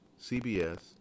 CBS